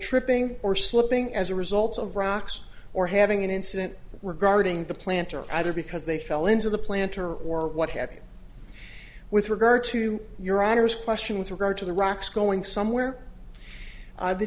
tripping or slipping as a result of rocks or having an incident regarding the planter either because they fell into the planter or what have you with regard to your honor's question with regard to the rocks going somewhere the t